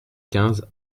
quinze